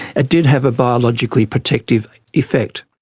it did have a biologically protective effect.